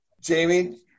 jamie